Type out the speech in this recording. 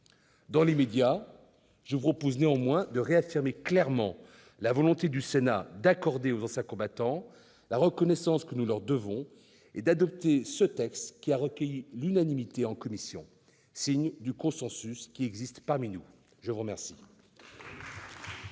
dans l'immédiat, je vous propose néanmoins de réaffirmer clairement la volonté du Sénat d'accorder aux anciens combattants la reconnaissance que nous leur devons et d'adopter ce texte, qui a recueilli l'unanimité en commission, signe du consensus qui existe parmi nous ! La parole